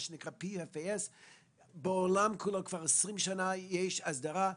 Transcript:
מה שנקרא PFAS. בעולם כולו כבר 20 שנים יש הסדרה.